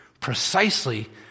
precisely